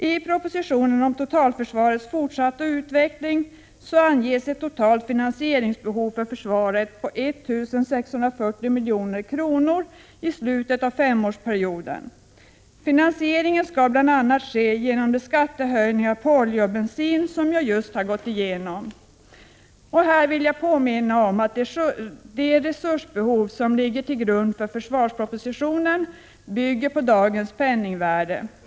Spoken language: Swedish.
I propositionen om totalförsvarets fortsatta utveckling anges ett totalt finansieringsbehov för försvaret på 1 640 milj.kr. i slutet av femårsperioden. Finansieringen skall bl.a. ske genom de skattehöjningar på olja och bensin som jag just har gått igenom. Här vill jag påminna om att det resursbehov som ligger till grund för försvarspropositionen bygger på dagens penningvärde.